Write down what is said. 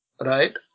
right